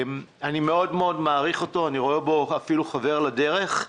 אני מאוד מעריך אותו ורואה בו אפילו חבר לדרך.